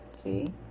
okay